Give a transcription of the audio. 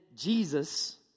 Jesus